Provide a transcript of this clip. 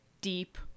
deep